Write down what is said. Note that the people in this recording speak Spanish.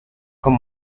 con